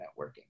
networking